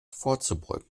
vorzubeugen